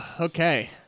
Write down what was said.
Okay